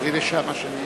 רבותי חברי הכנסת,